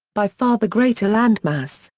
by far the greater landmass,